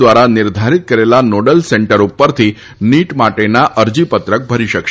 દ્વારા નિર્ધારિત કરેલા નોડલ સેન્ટર ઉપરથી નીટ માટેના અરજીપત્રક ભરી શકશે